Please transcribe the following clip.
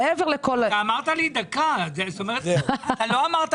אני לא מבין